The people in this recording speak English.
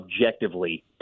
objectively